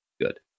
good